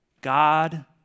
God